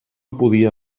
podia